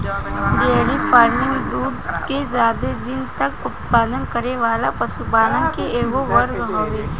dairy farming दूध के ज्यादा दिन तक उत्पादन करे वाला पशुपालन के एगो वर्ग हवे